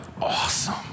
awesome